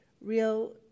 real